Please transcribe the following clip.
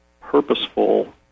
purposeful